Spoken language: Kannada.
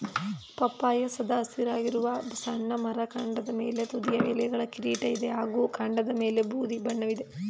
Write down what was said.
ಪಪ್ಪಾಯಿ ಸದಾ ಹಸಿರಾಗಿರುವ ಸಣ್ಣ ಮರ ಕಾಂಡದ ಮೇಲೆ ತುದಿಯ ಎಲೆಗಳ ಕಿರೀಟ ಇದೆ ಹಾಗೂ ಕಾಂಡದಮೇಲೆ ಬೂದಿ ಬಣ್ಣವಿದೆ